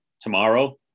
tomorrow